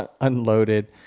unloaded